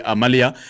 Amalia